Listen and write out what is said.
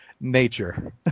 nature